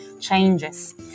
changes